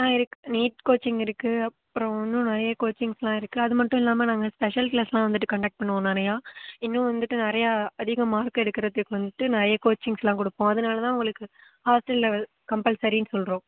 ஆ இருக்குது NEET coaching இருக்குது அப்புறம் இன்னும் நிறையா கோச்சிங்ஸெலாம் இருக்கும் அது மட்டும் இல்லாமல் நாங்கள் ஸ்பெஷல் கிளாஸெலாம் வந்துவிட்டு கன்டக்ட் பண்ணுவோம் நிறையா இன்னும் வந்துவிட்டு நிறையா அதிக மார்க் எடுக்கிறதுக்கு வந்துவிட்டு நிறையா கோச்சிங்ஸெலாம் கொடுப்போம் அதுனாலதான் அவங்களுக்கு ஹாஸ்டலில் கம்பல்ஸரின்னு சொல்கிறோம்